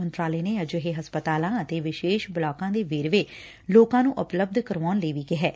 ਮੰਤਰਾਲੇ ਨੇ ਅਜਿਹੇ ਹਸਪਤਾਲਾਂ ਅਤੇ ਵਿਸ਼ੇਸ਼ ਬਲਾਕਾਂ ਦੇ ਵੇਰਵੇ ਲੋਕਾਂ ਨੂੰ ਉਪਲਬੱਧ ਕਰਾਉਣ ਲਈ ਵੀ ਕਿਹੈ